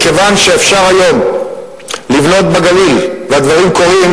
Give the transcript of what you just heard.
מכיוון שאפשר היום לבנות בגליל, והדברים קורים